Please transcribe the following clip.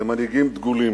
במנהיגים דגולים: